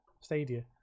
stadia